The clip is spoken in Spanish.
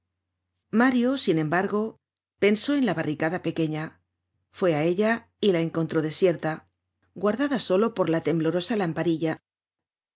mario sin embargo pensó en la barricada pequeña fué á ella y la encontró desierta guardada solo por la temblorosa lamparilla